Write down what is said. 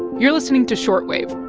you're listening to short wave